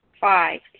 Five